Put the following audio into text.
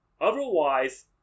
Otherwise